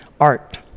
art